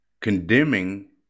condemning